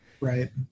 Right